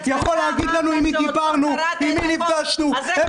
את החוק ---- יכול להגיד לנו עם מי דיברנו ועם מי נפגשנו,